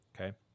Okay